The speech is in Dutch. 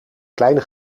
kleine